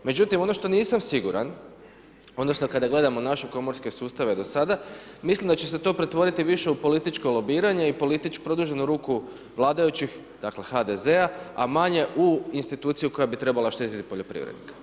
Međutim ono što nisam siguran odnosno kada gledamo naše komorske sustave do sada mislim da će se to pretvoriti više u političko lobiranje i produženu ruku vladajućih dakle HDZ-a, a manje u instituciju koja bi trebala štititi poljoprivrednika.